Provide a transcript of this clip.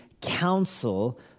counsel